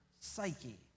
psyche